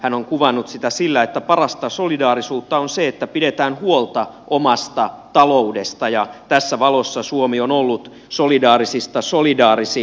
hän on kuvannut sitä sillä että parasta solidaarisuutta on se että pidetään huolta omasta taloudesta ja tässä valossa suomi on ollut solidaarisista solidaarisin